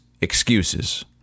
excuses